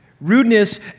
Rudeness